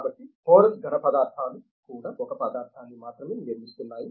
కాబట్టి పోరస్ ఘనపదార్థాలు కూడా ఒక పదార్థాన్ని మాత్రమే నిర్మిస్తున్నాయి